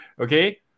okay